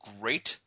great